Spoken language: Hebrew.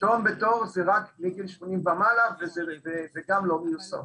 פטור מתור זה רק מגיל מ-80 ומעלה וגם לא מיושם.